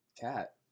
cat